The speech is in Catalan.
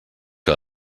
que